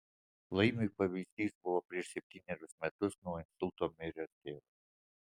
laimiui pavyzdys buvo prieš septynerius metus nuo insulto miręs tėvas